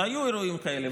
והיו אירועים כאלה,